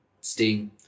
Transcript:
Sting